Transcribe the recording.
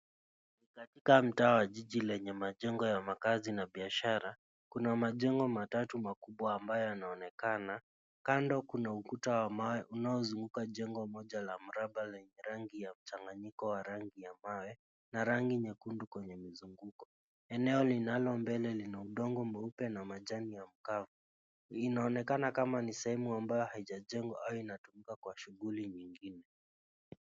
Katika mtaa wenye jengo la makazi na biashara, kuna majengo matatu makubwa ambayo yanaonekana. Kando kuna ukuta wa mawe unaozunguka jengo moja la mraba lenye rangi ya mchanganyiko wa rangi ya mawe na rangi nyekundu kwenye mizunguko. Eneo linalo mbele lina udongo mweupe na majani ya ukame. Inaonekana kama ni sehemu amabyo haijajengwa au inatumika kwa shughuli nyingine.